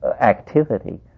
activity